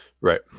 right